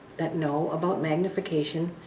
that know about magnification,